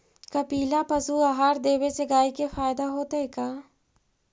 कपिला पशु आहार देवे से गाय के फायदा होतै का?